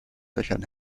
löchern